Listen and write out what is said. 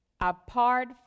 apart